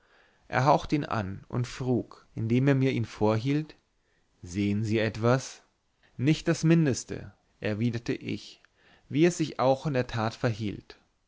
er hauchte ihn an und frug indem er mir ihn vorhielt sehen sie etwas nicht das mindeste erwiderte ich wie es sich auch in der tat verhielt